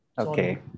Okay